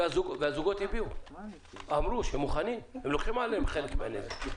הזוגות אמרו שהם מוכנים לקחת עליהם חלק מן העניין הזה,